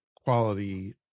quality